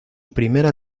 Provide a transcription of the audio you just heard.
primera